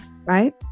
right